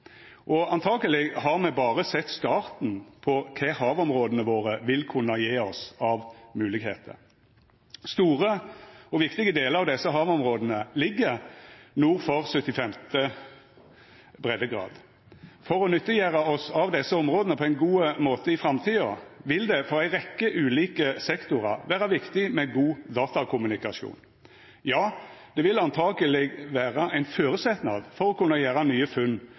verdiskaping. Antakeleg har me berre set starten på kva havområda våre vil kunna gje oss av moglegheiter. Store og viktige delar av desse havområda ligg nord for 75. breiddegrad. For å nyttiggjera oss av desse områda på ein god måte i framtida vil det for ei rekkje ulike sektorar vera viktig med god datakommunikasjon. Ja, det vil antakeleg vera ein føresetnad for å kunna gjera nye funn